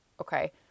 Okay